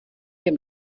dem